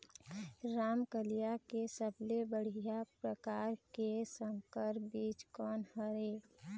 रमकलिया के सबले बढ़िया परकार के संकर बीज कोन हर ये?